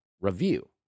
review